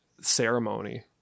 ceremony